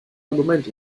argument